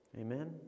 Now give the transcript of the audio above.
Amen